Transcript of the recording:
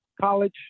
college